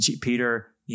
Peter